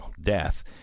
death